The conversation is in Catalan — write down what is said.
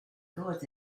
dues